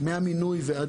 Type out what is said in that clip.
מהמינוי.